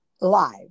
live